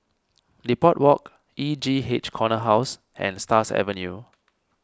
Depot Walk E J H Corner House and Stars Avenue